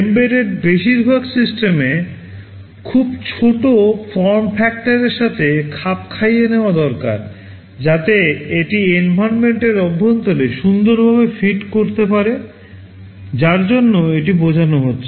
embedded বেশিরভাগ সিস্টেমে খুব ছোট ফর্ম ফ্যাক্টরের এর অভ্যন্তরে সুন্দরভাবে ফিট করতে পারে যার জন্য এটি বোঝানো হচ্ছে